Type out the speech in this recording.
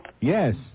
Yes